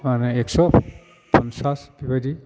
मानि एक्स' फनसास बेबादि